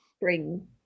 bring